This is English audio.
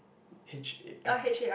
H A R